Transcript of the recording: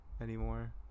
anymore